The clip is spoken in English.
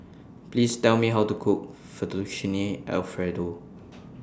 Please Tell Me How to Cook Fettuccine Alfredo